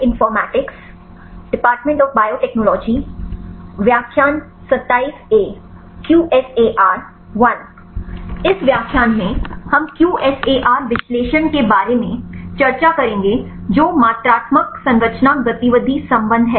इस व्याख्यान में हम QSAR विश्लेषण के बारे में चर्चा करेंगे जो मात्रात्मक संरचना गतिविधि संबंध है